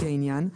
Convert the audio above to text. לפי העניין,